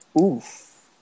Oof